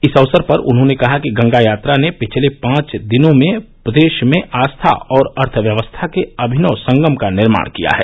इस अवसर पर उन्होंने कहा कि गंगा यात्रा ने पिछले पांच दिनों में प्रदेश में आस्था और अर्थव्यवस्था के अभिनव संगम का निर्माण किया है